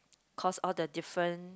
cause all the different